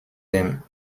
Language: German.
dem